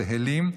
צאלים,